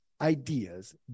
ideas